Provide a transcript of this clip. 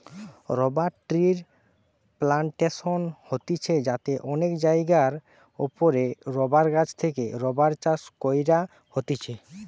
rubber ট্রির plantation হতিছে যাতে অনেক জায়গার ওপরে রাবার গাছ থেকে রাবার চাষ কইরা হতিছে